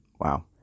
wow